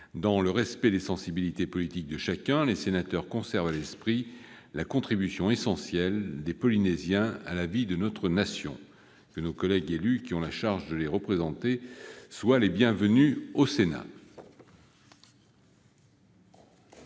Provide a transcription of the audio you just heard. Dans le respect des sensibilités politiques de chacun, les sénateurs conservent à l'esprit la contribution essentielle des Polynésiens à la vie de notre Nation. Que nos collègues élus qui ont la charge de les représenter soient les bienvenus au Sénat